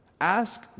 Ask